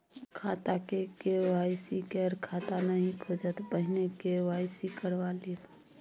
बिना के.वाई.सी केर खाता नहि खुजत, पहिने के.वाई.सी करवा लिअ